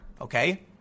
okay